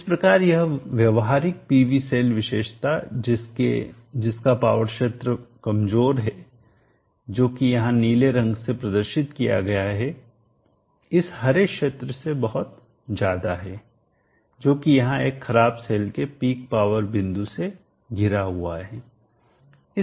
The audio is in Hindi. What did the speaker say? इस प्रकार यह व्यवहारिक PV सेल विशेषता जिसका पावर क्षेत्र कमजोर है जो कि यहां नीले रंग से प्रदर्शित किया गया है इस हरे क्षेत्र से बहुत ज्यादा है जो कि यहां एक खराब सेल के पीक पावर बिंदु से घिरा हुआ है